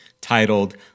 titled